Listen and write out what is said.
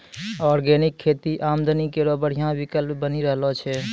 organic खेती आमदनी केरो बढ़िया विकल्प बनी रहलो छै